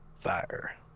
Fire